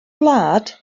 wlad